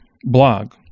blog